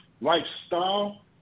lifestyle